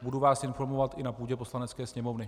Budu vás informovat i na půdě Poslanecké sněmovny.